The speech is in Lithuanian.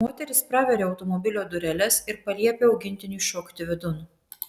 moteris praveria automobilio dureles ir paliepia augintiniui šokti vidun